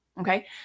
Okay